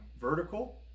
vertical